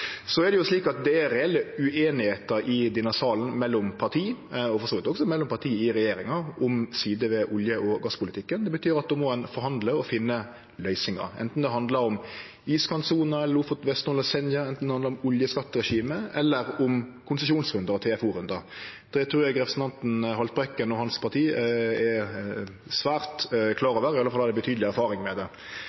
Så er det reell ueinigheit i denne salen mellom parti, og for så vidt også mellom parti i regjeringa, om sider ved olje- og gasspolitikken. Det betyr at då må ein forhandle og finne løysingar, anten det handlar om iskantsona, Lofoten, Vesterålen og Senja, oljeskattregimet eller om konsesjonsrundar og TFO-rundar. Det trur eg representanten Haltbrekken og partiet hans er svært klar over, i alle fall har dei betydeleg erfaring med det.